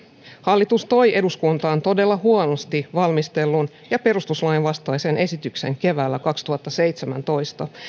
hallitus toi eduskuntaan todella huonosti valmistellun ja perustuslain vastaisen esityksen keväällä kaksituhattaseitsemäntoista